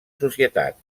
societat